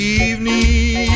evening